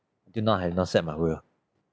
till now I've not set my will